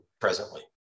presently